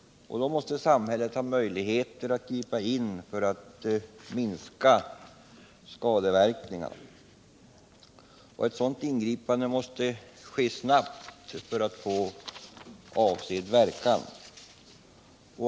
Då måste samhället ha möjligheter att gripa in för att minska skadeverkningar. Ett sådant ingripande måste ske snabbt för att få avsedd verkan.